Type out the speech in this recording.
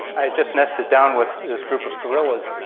i had just nested down with this group of gorillas,